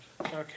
Okay